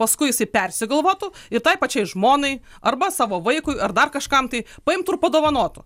paskui persigalvotų ir tai pačiai žmonai arba savo vaikui ar dar kažkam tai paimtų ir padovanotų